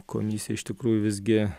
komisija iš tikrųjų visgi